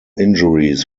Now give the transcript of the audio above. injuries